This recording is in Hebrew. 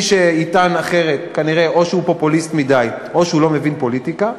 ומי שיטען אחרת כנראה שהוא או פופוליסט מדי או לא מבין פוליטיקה.